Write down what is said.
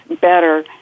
better